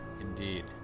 indeed